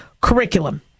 curriculum